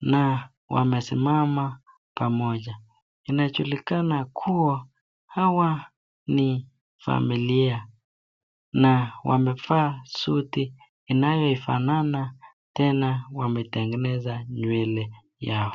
na wamesimama pamoja. Inajulikana kuwa hawa ni familia na wamevaa suti inayofanana tena waitengeneza nywele yao.